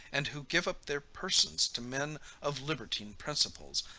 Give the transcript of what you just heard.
and who give up their persons to men of libertine principles,